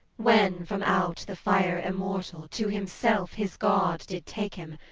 when from out the fire immortal to himself his god did take him,